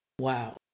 Wow